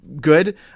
good